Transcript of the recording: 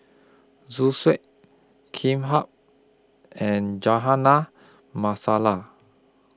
Zosui and Masala